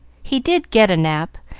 he did get a nap,